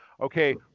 okay